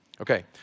Okay